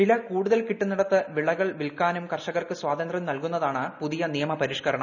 വില കൂടുതൽ കിട്ടുന്നിടത്ത് ്വിള്കൾ വിൽക്കാനും കർഷകർക്ക് സ്വാതന്ത്ര്യം നൽകുന്നതാണ് പുതിയ നിയമപരിഷ്കരണം